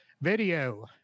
Video